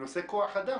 נושא כוח האדם,